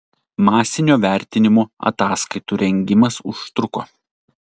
masinio vertinimo ataskaitų rengimas užtruko